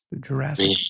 Jurassic